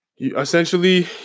Essentially